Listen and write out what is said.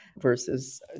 versus